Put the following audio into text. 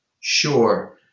Sure